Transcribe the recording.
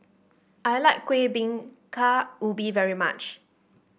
I like Kuih Bingka Ubi very much